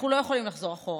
אנחנו לא יכולים לחזור אחורה,